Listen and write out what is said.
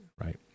right